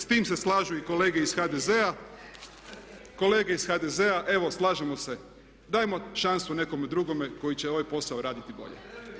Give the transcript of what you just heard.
S tim se slažu i kolege iz HDZ-a, kolege iz HDZ-a evo, slažemo se, dajmo šansu nekome drugome koji će ovaj posao raditi bolje.